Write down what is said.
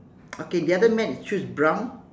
okay the other man his shoe is brown